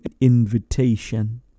invitation